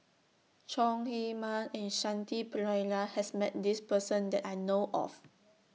Chong Heman and Shanti Pereira has Met This Person that I know of